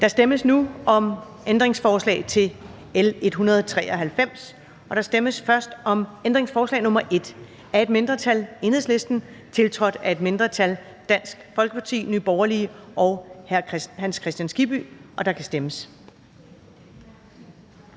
Der stemmes nu om ændringsforslag til L 193, og der stemmes først om ændringsforslag nr. 1 af et mindretal (EL), tiltrådt af et mindretal (DF, NB og Hans Kristian Skibby (UFG)), og der kan stemmes.